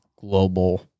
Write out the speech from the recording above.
global